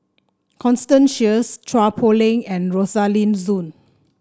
Constance Sheares Chua Poh Leng and Rosaline Soon